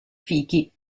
fichi